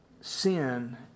sin